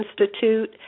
Institute